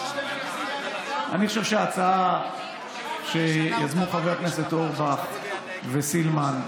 אני חושב שההצעה שיזמו חברי הכנסת אורבך וסילמן,